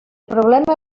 problema